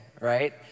right